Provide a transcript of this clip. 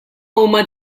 huma